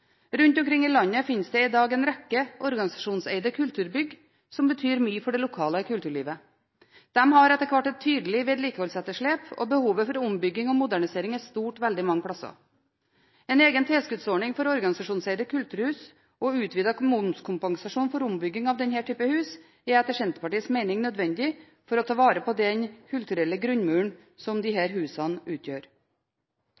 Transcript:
Rundt omkring i landet fins det i dag en rekke organisasjonseide kulturbygg, som betyr mye for det lokale kulturlivet. De har etter hvert et betydelig vedlikeholdsetterslep, og behovet for ombygging og modernisering er stort veldig mange plasser. En egen tilskuddsordning for organisasjonseide kulturhus og utvidet momskompensasjon for ombygging av denne typen hus er etter Senterpartiets mening nødvendig for å ta vare på den kulturelle grunnmuren som